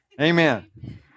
Amen